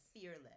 fearless